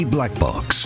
Blackbox